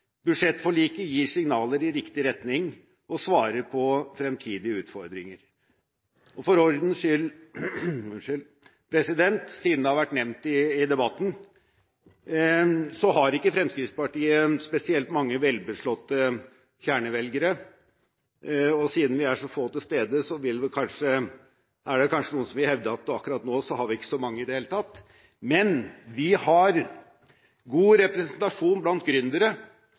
Budsjettforliket gir signaler i riktig retning og svarer på fremtidige utfordringer. For ordens skyld – siden det har vært nevnt i debatten – har ikke Fremskrittspartiet spesielt mange velbeslåtte kjernevelgere. Og siden vi er så få til stede, er det kanskje noen som vil hevde at akkurat nå har vi ikke så mange i det hele tatt, men vi har god representasjon blant